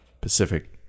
Pacific